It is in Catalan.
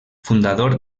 fundador